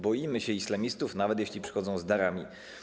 Boimy się islamistów, nawet jeśli przychodzą z darami.